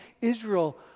Israel